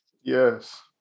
Yes